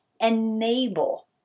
enable